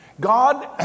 God